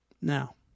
Now